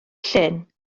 llyn